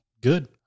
Good